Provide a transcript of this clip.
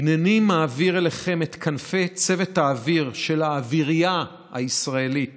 "הינני מעביר אליכם את כנפי צוות האוויר של האווירייה הישראלית